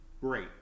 Great